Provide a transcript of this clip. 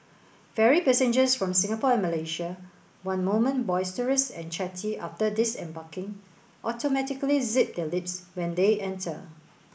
ferry passengers from Singapore and Malaysia one moment boisterous and chatty after disembarking automatically zip their lips when they enter